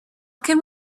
can